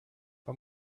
but